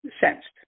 sensed